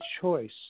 choice